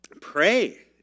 Pray